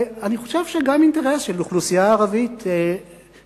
אני חושב שזה גם אינטרס של האוכלוסייה הערבית למנוע